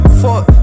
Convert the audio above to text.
fuck